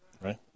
Right